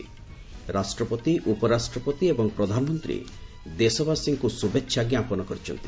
ରାଷ୍ଟ୍ରପତି ଉପରାଷ୍ଟ୍ରପତି ଏବଂ ପ୍ରଧାନମନ୍ତ୍ରୀ ଦେଶବାସୀଙ୍କୁ ଶୁଭେଚ୍ଛା ଞ୍ଜାପନ କରିଛନ୍ତି